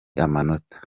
amatora